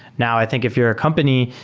now, i think if you're a company,